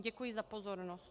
Děkuji za pozornost.